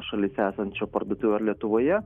šalyse esančių parduotuvių ar lietuvoje